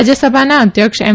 રાજ્યસભાના અધ્યક્ષ એમ